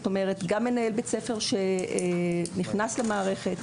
גם מנהל בית ספר שנכנס למערכת,